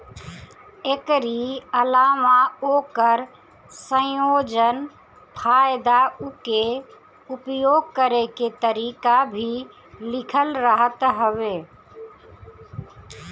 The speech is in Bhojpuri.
एकरी अलावा ओकर संयोजन, फायदा उके उपयोग करे के तरीका भी लिखल रहत हवे